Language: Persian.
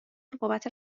بابت